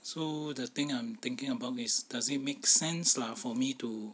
so the thing I'm thinking about is does it make sense lah for me to